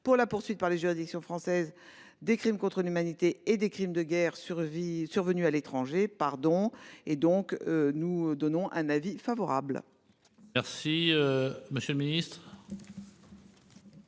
pour la poursuite par les juridictions françaises des crimes contre l'humanité et des crimes de guerre survenus à l'étranger. La commission émet un avis favorable sur cet